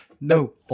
No